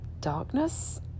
darkness